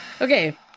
okay